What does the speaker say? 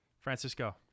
Francisco